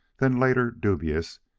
then, later, dubious,